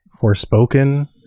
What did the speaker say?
Forspoken